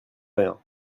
rien